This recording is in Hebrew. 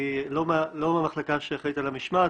אני לא מהמחלקה שאחראית על המשמעת,